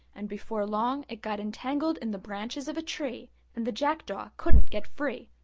and before long it got entangled in the branches of a tree and the jackdaw couldn't get free,